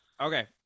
Okay